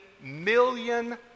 million